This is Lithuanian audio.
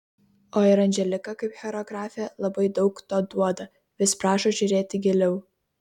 o ir anželika kaip choreografė labai daug to duoda vis prašo žiūrėti giliau